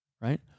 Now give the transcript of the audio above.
right